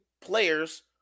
players